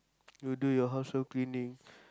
you do your household cleaning